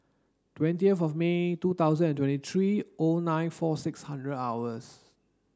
twentieth of May two thousand and twenty three O nine four six hundred hours